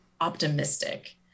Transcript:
optimistic